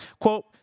Quote